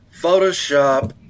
Photoshop